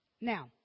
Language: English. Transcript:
Now